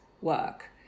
work